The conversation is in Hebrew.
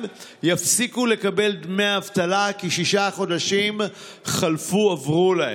יפסיקו לקבל דמי אבטלה כי שישה חודשים חלפו-עברו להם.